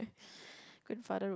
grandfather road